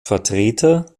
vertreter